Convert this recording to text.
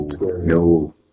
no